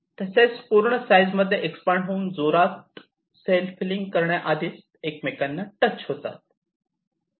तसेच पूर्ण साईज मध्ये एक्सपांड होऊन जोरात सेल फिलिंग करण्याआधीच ते एकमेकांना टच होतात